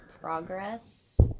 progress